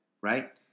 Right